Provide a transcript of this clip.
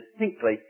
distinctly